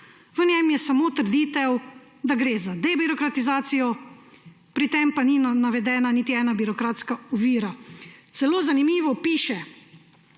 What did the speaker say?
v njem je samo trditev, da gre za debirokratizacijo, pri tem pa ni navedena niti ena birokratska ovira. Celo zanimivo piše: